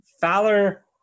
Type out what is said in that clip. Fowler